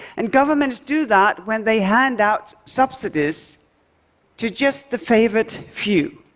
and governments do that when they hand out subsidies to just the favorite few,